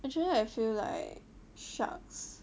actually I feel like sharks